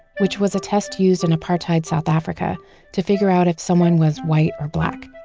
which was a test used in apartheid south africa to figure out if someone was white or black.